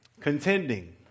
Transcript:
Contending